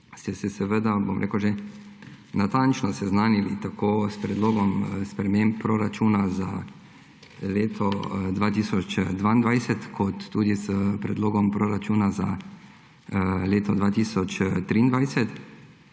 ste se že natančno seznanili tako s Predlogom sprememb proračuna za leto 2022 kot tudi s Predlogom proračuna za leto 2023.